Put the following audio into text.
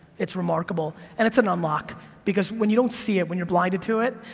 it's remarkable. and it's an unlock because when you don't see it, when you're blinded to it,